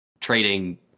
trading